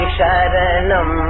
Sharanam